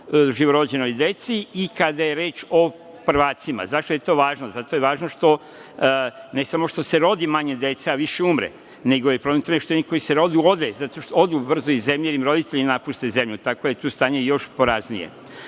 živorođenoj deci i kada je reč o prvacima.Zašto je to važno? Važno je što ne samo što se rodi manje dece, a više umre, nego je problem u tome što i oni koji se rode odu brzo iz zemlje ili im roditelji napuste zemlju, tako da je tu stanje još poraznije. Gospođo